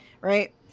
right